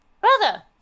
Brother